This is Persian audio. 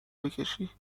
بکشی